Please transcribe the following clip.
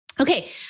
Okay